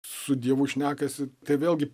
su dievu šnekasi tai vėlgi